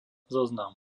zoznam